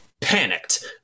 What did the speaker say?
panicked